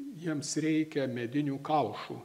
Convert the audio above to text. jiems reikia medinių kaušų